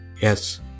Yes